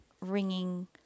ringing